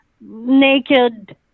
naked